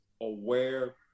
aware